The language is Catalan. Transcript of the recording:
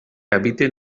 habiten